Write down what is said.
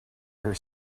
her